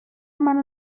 منو